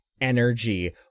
energy